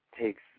takes